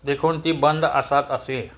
देखून ती बंद आसात आसुंये